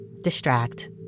distract